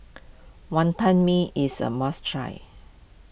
Wantan Mee is a must try